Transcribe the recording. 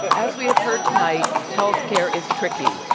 as we have heard tonight, healthcare is tricky.